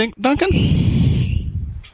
Duncan